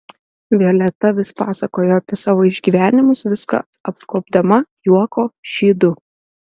violeta vis pasakojo apie savo išgyvenimus viską apgobdama juoko šydu